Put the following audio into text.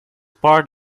part